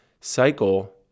cycle